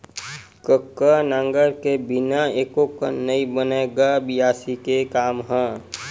कका नांगर के बिना एको कन नइ बनय गा बियासी के काम ह?